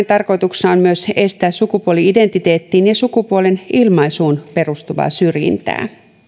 tarkoituksena on myös estää sukupuoli identiteettiin ja sukupuolen ilmaisuun perustuvaa syrjintää